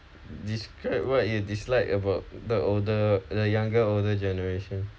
describe what you dislike about the older the younger older generation